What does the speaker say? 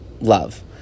love